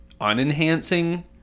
unenhancing